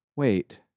wait